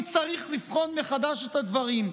עכשיו אני צריך לבחון מחדש את הדברים.